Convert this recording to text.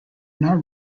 not